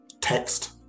text